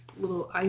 little